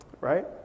right